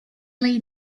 lay